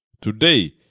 Today